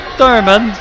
Thurman